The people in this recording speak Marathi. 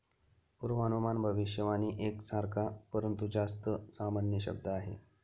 पूर्वानुमान भविष्यवाणी एक सारखा, परंतु जास्त सामान्य शब्द आहे